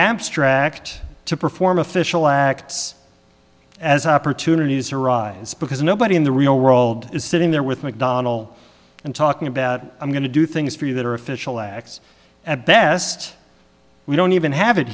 abstract to perform official acts as opportunities arise because nobody in the real world is sitting there with mcdonnell and talking about i'm going to do things for you that are official acts at best we don't even have it